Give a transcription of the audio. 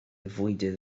fwydydd